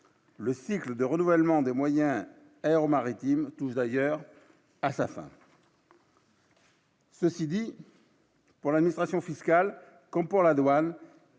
le cycle de renouvellement des moyens maritime tous d'ailleurs à sa fin. Ceci dit, pour la nutrition fiscale comme pour la douane